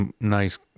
nice